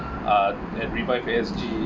uh and revive A_S_G